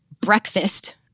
breakfast